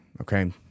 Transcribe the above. Okay